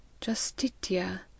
Justitia